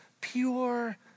pure